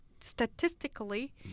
statistically